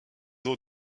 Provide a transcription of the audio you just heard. eaux